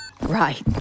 right